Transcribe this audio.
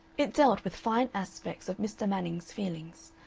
it dealt with fine aspects of mr. manning's feelings,